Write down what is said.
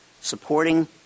supporting